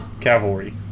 Cavalry